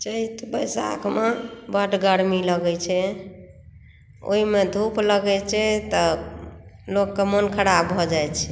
चैत बैसाख मे बड गर्मी लगै छै ओहि मे धूप लगै छै तऽ लोक के मोन खराब भऽ जाइत छै